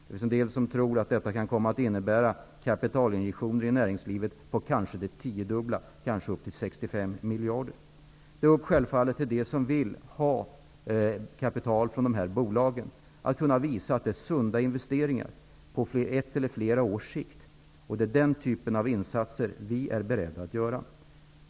Det finns en del som tror att detta kan komma att innebära kapitalinjektioner i näringslivet på kanske upp till Det är självklart upp till dem som vill ha kapital från dessa bolag att kunna visa att det innebär sunda investeringar, på ett eller flera års sikt. Det är den typen av insatser som vi är beredda att göra.